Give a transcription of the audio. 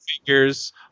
figures